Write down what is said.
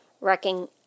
wrecking